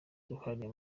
uruhara